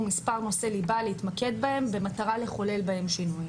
מספר נושאי ליבה להתמקד בהם במטרה לחולל בהם שינוי.